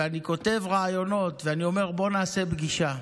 אני כותב רעיונות ואני אומר: בוא נעשה פגישה.